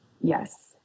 Yes